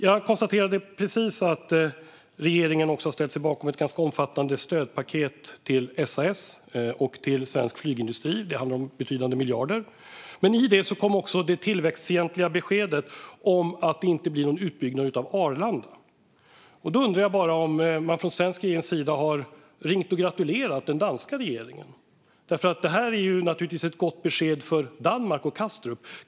Jag konstaterade precis att regeringen också har ställt sig bakom ett ganska omfattande stödpaket till SAS och svensk flygindustri. Det handlar om betydande miljarder. I det kom också det tillväxtfientliga beskedet att det inte blir någon utbyggnad av Arlanda. Då undrar jag bara om man från den svenska regeringens sida har ringt och gratulerat den danska regeringen. Detta är ju ett gott besked för Danmark och Kastrup.